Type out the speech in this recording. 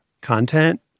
content